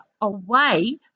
away